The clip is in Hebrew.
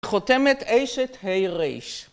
חותמת אשת ה'ר'